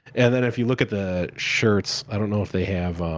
and then, if you look at the shirts, i don't know if they have